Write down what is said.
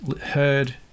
heard